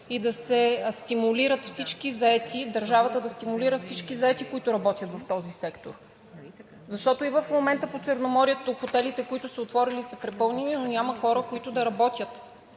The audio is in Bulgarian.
и да се стимулират всички заети, държавата да стимулира всички заети, които работят в този сектор. Защото и в момента по Черноморието хотелите, които са отворили, са препълнени, но няма хора, които да работят